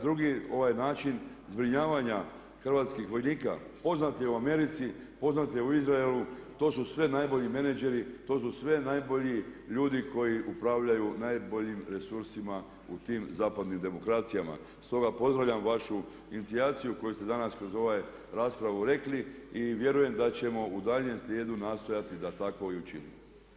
Drugi ovaj način zbrinjavanja hrvatskih vojnika poznat je u Americi, poznat je u Izraelu, to su sve najbolji menadžeri, to su sve najbolji ljudi koji upravljaju najboljim resursima u tim zapadnim demokracijama stoga pozdravljam vašu inicijaciju koju ste danas kroz ovaj raspravu rekli i vjerujem da ćemo u daljnjem slijedu nastojati da tako i učinimo.